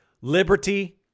liberty